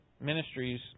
ministries